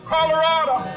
Colorado